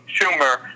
Schumer